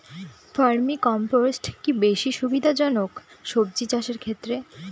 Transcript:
Vermi compost কি বেশী সুবিধা জনক সবজি চাষের ক্ষেত্রে?